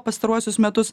pastaruosius metus